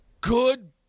Good